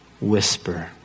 whisper